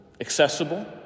accessible